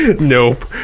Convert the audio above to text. nope